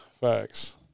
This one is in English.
Facts